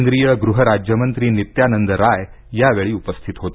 केंद्रीय गृह राज्य मंत्री नित्यानंद राय यावेळी उपस्थित होते